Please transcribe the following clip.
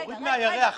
להוריד מהירח.